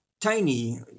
tiny